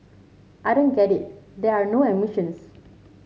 I don't get it there are no emissions